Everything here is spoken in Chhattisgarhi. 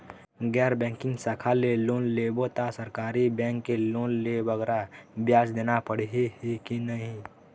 गैर बैंकिंग शाखा ले लोन लेबो ता सरकारी बैंक के लोन ले बगरा ब्याज देना पड़ही ही कि नहीं?